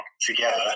together